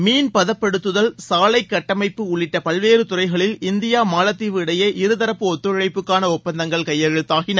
மீள் பதப்படுத்துதல் சாலை கட்டமைப்பு உள்ளிட்ட பல்வேறு துறைகளில் இந்தியா மாலத்தீவு இடையே இருதரப்பு ஒத்துழைப்புக்கான ஒப்பந்தங்கள் கையெழுத்தாகின